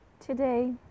today